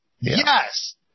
Yes